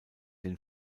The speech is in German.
den